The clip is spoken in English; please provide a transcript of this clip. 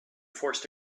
forced